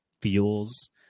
fuels